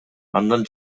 андан